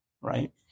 right